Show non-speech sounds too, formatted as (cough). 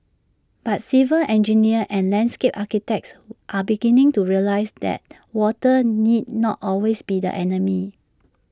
but civil engineers and landscape architects (noise) are beginning to realise that water need not always be the enemy